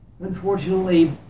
Unfortunately